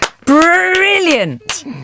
Brilliant